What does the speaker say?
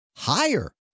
higher